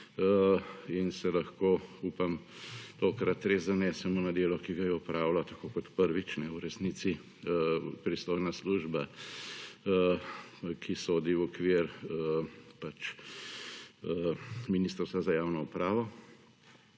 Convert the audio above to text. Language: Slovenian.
in se lahko, upam, tokrat res zanesemo na delo, ki ga je opravilo, tako kot prvič v resnici pristojna služba, ki sodi v okvir pač Ministrstva za javno upravo.